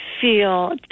feel